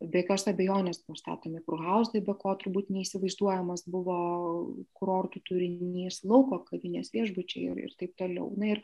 be jokios abejonės buvo statomi kurhauzai be ko turbūt neįsivaizduojamas buvo kurortų turinys lauko kavinės viešbučiai ir ir taip toliau na ir